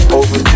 over